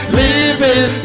living